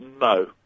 no